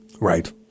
Right